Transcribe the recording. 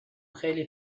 خیلی